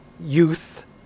youth